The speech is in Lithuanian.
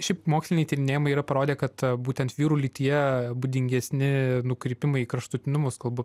šiaip moksliniai tyrinėjimai yra parodę kad būtent vyrų lytyje būdingesni nukrypimai į kraštutinumus kalbu